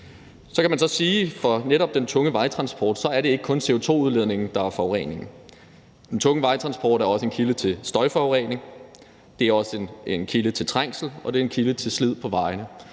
for netop den tunge vejtransport er det ikke kun CO2-udledningen, der udgør forureningen. Den tunge vejtransport er også en kilde til støjforurening, den er en kilde til trængsel, og den er en kilde til slid på vejene,